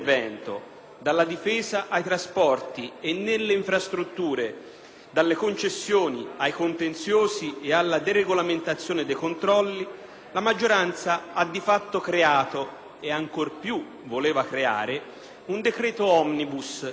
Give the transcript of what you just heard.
dalle concessioni ai contenziosi e alla deregolamentazione dei controlli), la maggioranza ha di fatto creato - e ancor più voleva creare - un decreto *omnibus*, di cui tutto si può dire, meno che abbia quei caratteri di urgenza